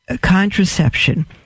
contraception